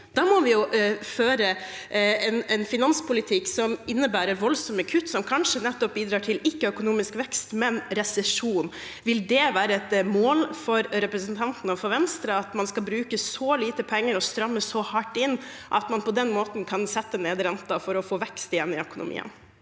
Da må vi føre en finanspolitikk som innebærer voldsomme kutt, som kanskje ikke vil bidra til økonomisk vekst, men til resesjon. Vil det være et mål for representanten og Venstre at man skal bruke så lite penger og stramme så hardt inn at man på den måten kan sette ned renten for å få vekst i økonomien